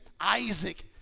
Isaac